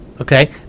Okay